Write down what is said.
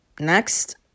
next